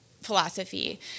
philosophy